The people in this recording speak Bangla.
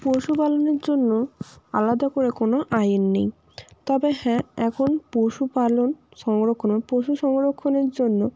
পশুপালনের জন্য আলাদা করে কোনো আইন নেই তবে হ্যাঁ এখন পশুপালন সংরক্ষণও পশু সংরক্ষণের জন্য